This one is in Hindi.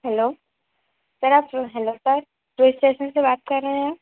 हलो सर आपको हलो सर पुलिस स्टेशन से बात कर रहे हैं